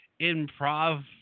improv